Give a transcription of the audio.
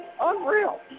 Unreal